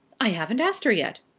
i haven't asked her yet.